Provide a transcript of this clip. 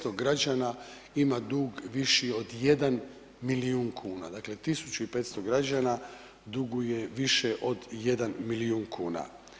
1500 građana ima dug viši od 1 milijun kuna, dakle 1500 građana duguje više od 1 milijun kuna.